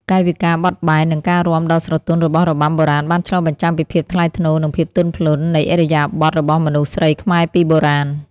កាយវិការបត់បែន និងការរាំដ៏ស្រទន់របស់របាំបុរាណបានឆ្លុះបញ្ចាំងពីភាពថ្លៃថ្នូរ និងភាពទន់ភ្លន់នៃឥរិយាបថរបស់មនុស្សស្រីខ្មែរពីបុរាណ។